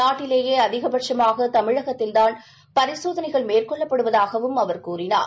நாட்டிலேயே அதிகபட்சுமாக தமிழ்நாட்டில்தான் பரிசோதனை மேற்கொள்ளப்படுவதாகவும் அவர் கூறினார்